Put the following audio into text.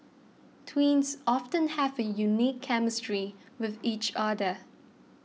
twins often have a unique chemistry with each other